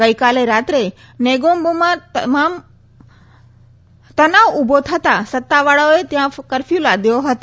ગઈકાલે રાત્રે નેગોમ્બોમાં તનામ ઉભો થતા સત્તાવાળાઓને ત્યાં કરફ્યુ લાદવો ડ્યો હતો